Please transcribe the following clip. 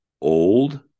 old